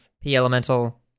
P-Elemental